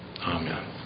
Amen